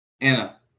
Anna